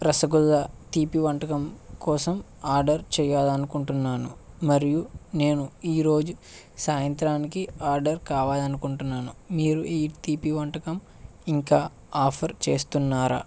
రసగుల్లా తీపి వంటకం కోసం ఆర్డర్ చేయాలని అనుకుంటున్నాను మరియు నేను ఈరోజు సాయంత్రానికి ఆర్డర్ కావాలని అనుకుంటున్నాను మీరు ఈ తీపి వంటకం ఇంకా ఆఫర్ చేస్తున్నారా